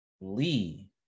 Lee